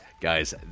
guys